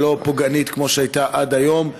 ולא פוגענית כמו שהייתה עד היום.